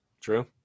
True